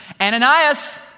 Ananias